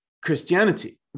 Christianity